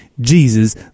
Jesus